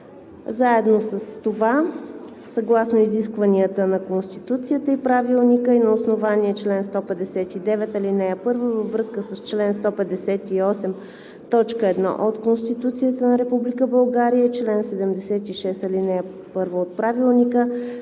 Заедно с това съгласно изискванията на Конституцията и Правилника и на основание чл. 159, ал. 1 във връзка с чл. 158, т. 1 от Конституцията на Република България, чл. 76, ал. 1 от Правилника